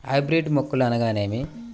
Hybrid మొక్కలు అనగానేమి?